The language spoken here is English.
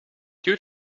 due